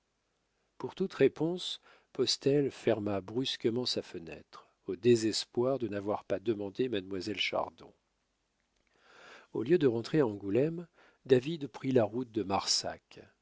pour toute réponse postel ferma brusquement sa fenêtre au désespoir de n'avoir pas demandé mademoiselle chardon au lieu de rentrer à angoulême david prit la route de marsac